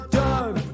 done